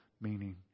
meaning